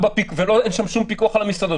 אין שם שום פיקוח על המסעדות.